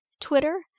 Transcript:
Twitter